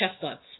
chestnuts